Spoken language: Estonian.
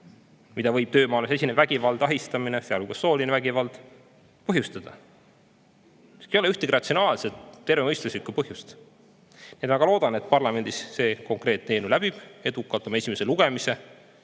mida võib töömaailmas esinev vägivald, ahistamine, sealhulgas sooline vägivald, põhjustada. Ei ole ühtegi ratsionaalset, tervemõistuslikku põhjust! Väga loodan, et parlamendis see konkreetne eelnõu läbib edukalt oma esimese lugemise.